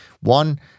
one